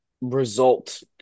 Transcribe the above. result